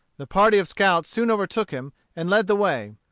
the party of scouts soon overtook him and led the way.